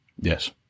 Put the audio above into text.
Yes